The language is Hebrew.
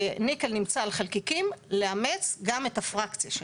ניקל נמצא על חלקיקים, לאמץ גם את הפרקציה שלהם.